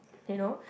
you know